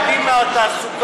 אני בא מהתעשייה